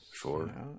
sure